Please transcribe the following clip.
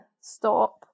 stop